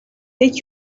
take